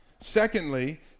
Secondly